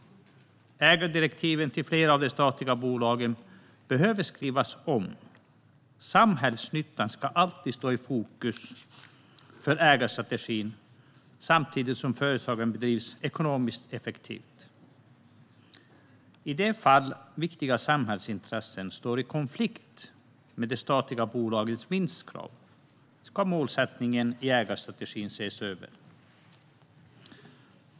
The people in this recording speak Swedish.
Ägardirektiven till flera av de statliga bolagen behöver skrivas om. Samhällsnyttan ska alltid stå i fokus för ägarstrategin, samtidigt som företagen bedrivs ekonomiskt effektivt. I de fall viktiga samhällsintressen står i konflikt med de statliga bolagens vinstkrav ska målsättningen i ägarstrategin ses över.